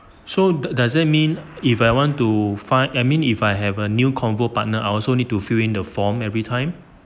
so does it mean if I want to find I mean if I have a new convo partner I will also need to fill in the form every time